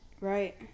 Right